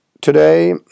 today